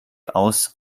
aus